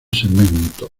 segmentos